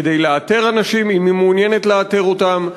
כדי לאתר אנשים אם היא מעוניינת לאתר אותם.